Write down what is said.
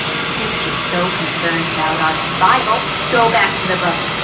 since you're so concerned about our survival, go back to the buggy.